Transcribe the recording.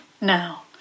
now